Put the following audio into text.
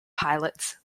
pilots